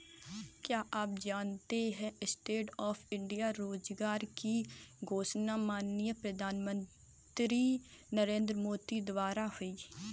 क्या आप जानते है स्टैंडअप इंडिया योजना की घोषणा माननीय प्रधानमंत्री नरेंद्र मोदी द्वारा हुई?